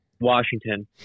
Washington